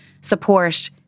support